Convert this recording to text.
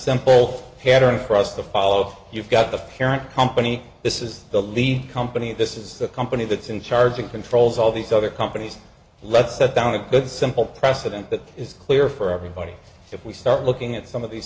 simple pattern across the follow of you've got the parent company this is the lead company this is the company that's in charge it controls all these other companies let's set down a good simple precedent that is clear for everybody if we start looking at some of these